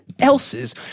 else's